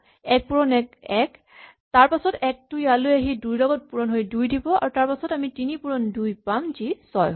এক পূৰণ এক এক হ'ব তাৰপাছত এক টো ইয়ালৈ আহি দুইৰ লগত পূৰণ হৈ দুই দিব তাৰপাছত আমি তিনি পূৰণ দুই পাম যি ছয় হ'ব